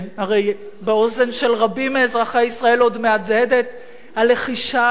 הרי באוזן של רבים מאזרחי ישראל עוד מהדהדת הלחישה ההיא